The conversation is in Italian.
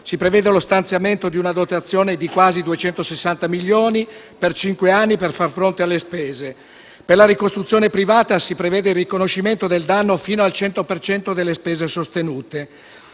Si prevede lo stanziamento di una dotazione di quasi 260 milioni per cinque anni per far fronte alle spese. Per la ricostruzione privata, si prevede il riconoscimento del danno fino al 100 per cento delle spese sostenute.